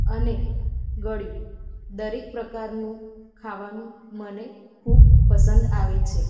અને ગળ્યું દરેક પ્રકારનું ખાવાનું મને ખૂબ પસંદ આવે છે